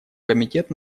комитет